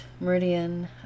meridian